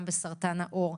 גם על סרטן העור.